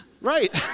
Right